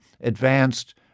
advanced